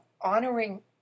honoring